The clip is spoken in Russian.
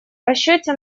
расчете